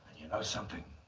you know something?